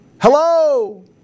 Hello